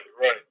right